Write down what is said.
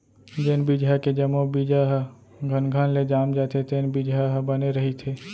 जेन बिजहा के जम्मो बीजा ह घनघन ले जाम जाथे तेन बिजहा ह बने रहिथे